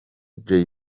jay